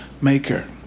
maker